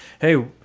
hey